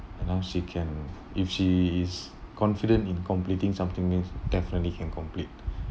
I know she can if she is confident in completing something means definitely can complete